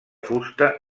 fusta